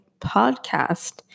Podcast